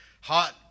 hot